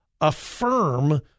affirm